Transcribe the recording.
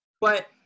but-